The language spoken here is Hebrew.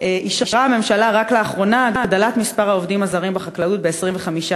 אישרה הממשלה רק לאחרונה את הגדלת מספר העובדים הזרים בחקלאות ב-25,000,